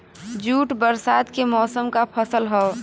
jute बरसात के मौसम क फसल हौ